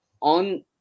On